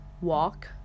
walk